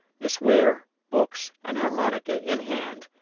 miss ware, books and harmonica in hand,